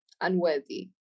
unworthy